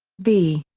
v.